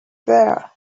there